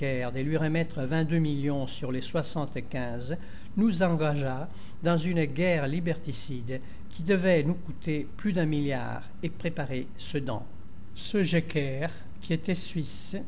de lui remettre vingt-deux millions sur les soixante-quinze nous engagea dans une guerre liberticide qui devait nous coûter plus d'un milliard et préparer sedan ce jecker qui était suisse